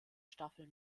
staffel